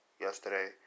yesterday